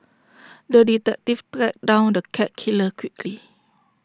the detective tracked down the cat killer quickly